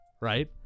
right